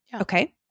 Okay